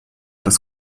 das